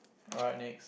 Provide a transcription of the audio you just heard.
alright next